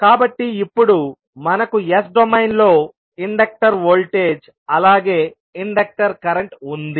కాబట్టి ఇప్పుడు మనకు S డొమైన్లో ఇండక్టరు వోల్టేజ్ అలాగే ఇండక్టర్ కరెంట్ ఉంది